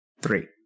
three